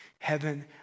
heaven